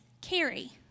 carry